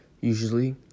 usually